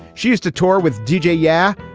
she used to tour with deejay. yeah,